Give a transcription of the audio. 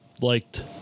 liked